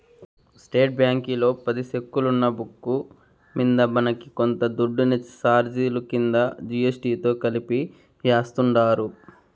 state బ్యాంకీలో పది సెక్కులున్న బుక్కు మింద మనకి కొంత దుడ్డుని సార్జిలు కింద జీ.ఎస్.టి తో కలిపి యాస్తుండారు